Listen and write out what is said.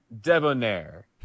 Debonair